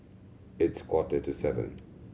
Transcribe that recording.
its quarter to seven